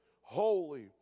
holy